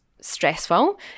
stressful